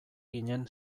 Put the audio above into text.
ginen